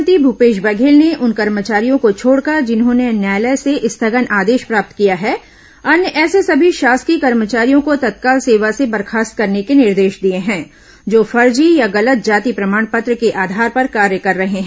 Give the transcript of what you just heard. मुख्यमंत्री भूपेश बघेल ने उन कर्मचारियों को छोड़कर जिन्होंने न्यायालय से स्थगन आदेश प्राप्त किया है अन्य ऐसे सभी शासकीय कर्मचारियों को तत्काल सेवा से बर्खास्त करने के निर्देश दिए हैं जो फर्जी या गलत जाति प्रमाण पत्र के आधार पर कार्य कर रहे हैं